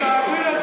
שתעביר את הכסף,